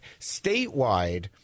Statewide